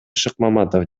шыкмаматов